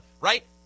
right